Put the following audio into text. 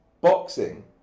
boxing